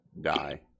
die